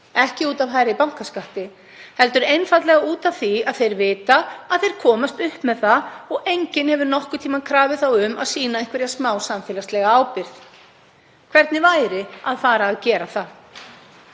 Ekki út af hærri bankaskatti, heldur einfaldlega af því að þeir vita að þeir komast upp með það og enginn hefur nokkurn tíma krafið þá um að sýna einhverja smávægilega samfélagslega ábyrgð. Hvernig væri að fara að gera það?